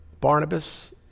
Barnabas